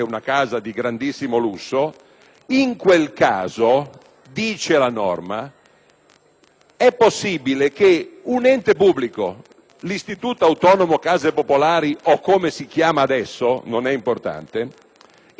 è possibile che un ente pubblico, l'Istituto autonomo case popolari o come si chiama adesso - non è importante - interviene e compra la casa. Fin qui si dice che è un